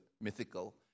mythical